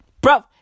Bro